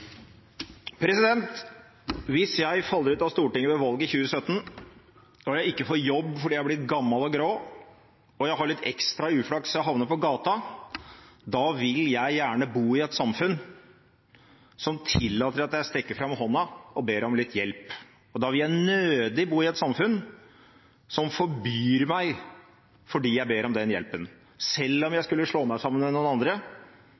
Hvis jeg faller ut av Stortinget ved valget i 2017, og jeg ikke får jobb fordi jeg er blitt gammel og grå, og jeg har litt ekstra uflaks så jeg havner på gaten, da vil jeg gjerne bo i et samfunn som tillater at jeg strekker fram hånda og ber om litt hjelp. Og da vil jeg nødig bo i et samfunn som forbyr meg den hjelpen fordi jeg ber om den, selv om jeg skulle slå meg sammen med noen andre,